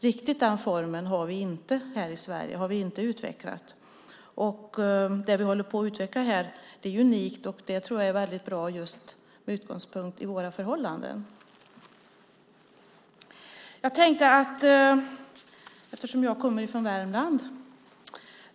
Riktigt den formen har vi inte utvecklat här i Sverige. Men det vi håller på och utvecklar här är unikt och väldigt bra, med utgångspunkt i just våra förhållanden. Jag kommer från Värmland.